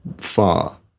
far